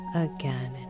Again